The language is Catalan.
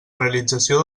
realització